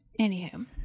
Anywho